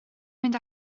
mynd